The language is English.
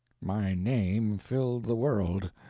my name filled the world,